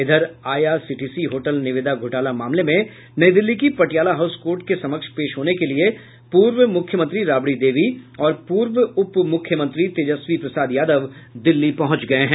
इधर आईआरसीटीसी होटल निविदा घोटाला मामले में नई दिल्ली की पटियाला हाउस कोर्ट के समक्ष पेश होने के लिये पूर्व मुख्यमंत्री राबड़ी देवी और पूर्व उप मुख्यमंत्री तेजस्वी प्रसाद यादव दिल्ली पहुंच गये हैं